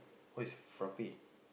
what is frappe